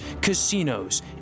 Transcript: casinos